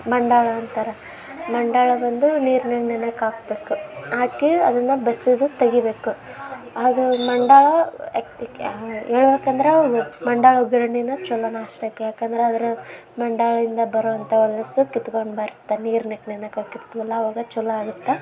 ಮಂಡಾಳ ಅಂತಾರೆ ಮಂಡಾಳ ಬಂದು ನೀರಿನಲ್ಲಿ ನೆನೆಯೋಕ್ ಹಾಕ್ಬೇಕು ಹಾಕಿ ಅದನ್ನು ಬಸಿದು ತೆಗಿಬೇಕು ಅದು ಮಂಡಾಳ ಹೇಳ್ಬೇಕಂದ್ರ ಮಂಡಾಳ ಒಗ್ಗರ್ಣೇನೆ ಛಲೋ ನಾಷ್ಟಕ್ಕೆ ಯಾಕಂದ್ರೆ ಅದ್ರಾಗ ಮಂಡಾಳಿಂದ ಬರೋವಂಥ ಹೊಲಸು ಕಿತ್ಕೊಂಡು ಬರುತ್ತೆ ನೀರಿನಲ್ಲಿ ನೆನೆಯೋಕ್ ಹಾಕಿರ್ತೀವಲ್ಲ ಆವಾಗ ಛಲೋ ಆಗುತ್ತೆ